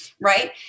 right